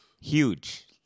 Huge